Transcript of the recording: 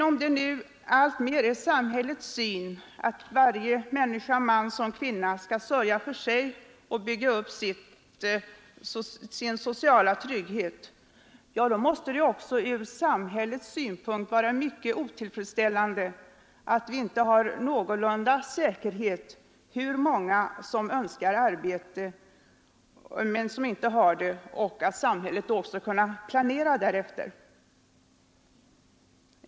Om det nu alltmer är samhällets syn att varje människa, man som kvinna, skall sörja för sig och bygga upp sin sociala trygghet, då måste det också från samhällets synpunkt vara mycket otillfredsställande att vi inte har någorlunda säkra uppgifter om hur många som önskar arbete men som inte har det. Samhället måste kunna planera därefter.